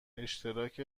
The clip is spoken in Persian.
اشتراک